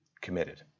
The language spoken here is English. committed